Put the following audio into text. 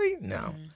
No